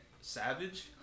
savage